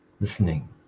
listening